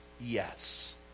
yes